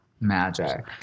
magic